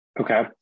Okay